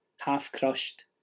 Half-crushed